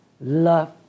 love